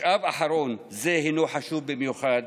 משאב אחרון זה חשוב במיוחד,